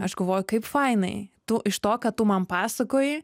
aš galvoju kaip fainai tu iš to ką tu man pasakoji